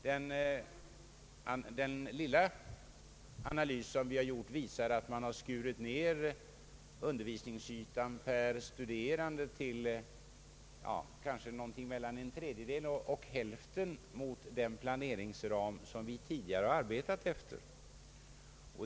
Den lilla analys som vi har gjort visar att man skurit ned undervisningsytan per studerande till någonting mellan en tredjedel och hälften i jämförelse med den planeringsram som vi tidigare arbetat efter.